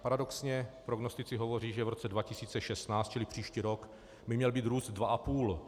Paradoxně prognostici hovoří, že v roce 2016, čili příští rok by měl být růst 2,5.